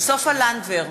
סופה לנדבר,